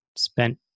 spent